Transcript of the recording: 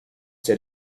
der